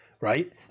right